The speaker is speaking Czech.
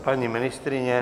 Paní ministryně?